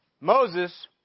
Moses